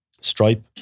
Stripe